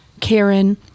Karen